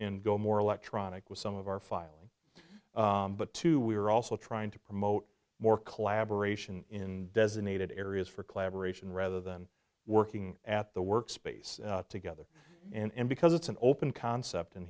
in go more electronic with some of our filing but to we are also trying to promote more collaboration in designated areas for collaboration rather than working at the workspace together and because it's an open concept